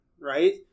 right